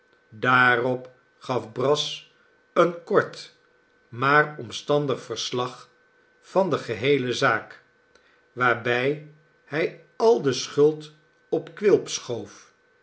daarop gaf brass een kort maar omstandig verslag van de geheele zaak waarbij hij al de schuld op quilp schoof